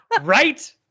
Right